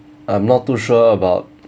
I'm not too sure about